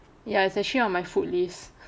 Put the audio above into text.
ya it's actually on my food list